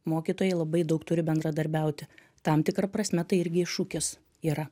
mokytojai labai daug turi bendradarbiauti tam tikra prasme tai irgi iššūkis yra